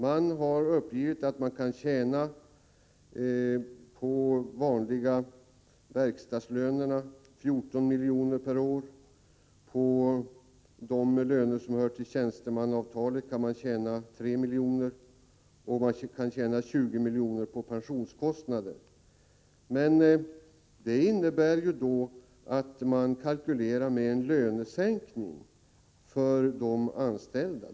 Man har uppgett att man kan tjäna 14 miljoner per år på vanliga verkstadslöner, 3 miljoner på tjänstemannalöner och 20 miljoner på pensionskostnader. Detta innebär att man kalkylerar med en lönesänkning för de anställda.